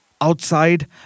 Outside